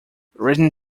written